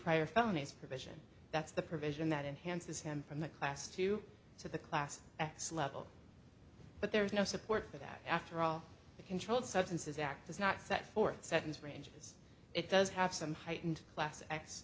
prior felonies provision that's the provision that enhances him from the class two to the class x level but there's no support for that after all the controlled substances act does not set forth sentence ranges it does have some heightened class